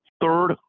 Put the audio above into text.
Third